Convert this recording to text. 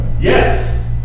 Yes